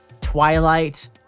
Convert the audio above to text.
twilight